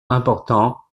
important